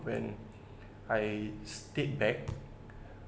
when I stayed back